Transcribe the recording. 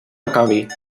acabi